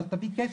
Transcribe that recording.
אבל תביא כסף.